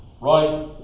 right